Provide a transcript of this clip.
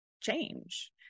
change